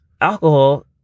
alcohol